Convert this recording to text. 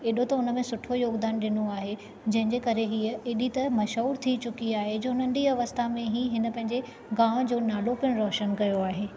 हेॾो त हुन में सुठो योॻदानु ॾिनो आहे जंहिंजे करे हीअं हेॾी त मशहूर थी चूकी आहे जो नंढी अवस्था में ई हिन पंहिंजे गांव जो नालो पिणु रोशनु कयो आहे